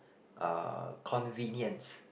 uh convenience